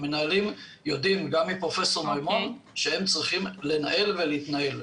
המנהלים יודעים גם מפרופ' מימון שהם צריכים לנהל ולהתנהל.